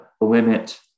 limit